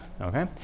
okay